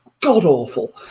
god-awful